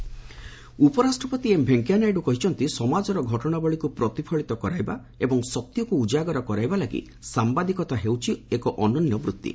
ଭେଙ୍କେୟା ନାଇଡ଼ ଉପରାଷ୍ଟ୍ରପତି ଏମ୍ ଭେଙ୍କେୟା ନାଇଡୁ କହିଛନ୍ତି ସମାଜର ଘଟଣାବଳୀକୁ ପ୍ରତିଫଳିତ କରାଇବା ଏବଂ ସତ୍ୟକୁ ଉଜାଗର କରାଇବା ପାଇଁ ସାମ୍ବାଦିକତା ହେଉଛି ଏକ ଅନନ୍ୟ ବୂତ୍ତି